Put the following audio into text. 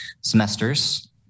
semesters